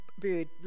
bird